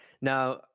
Now